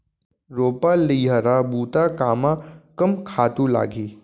रोपा, लइहरा अऊ बुता कामा कम खातू लागही?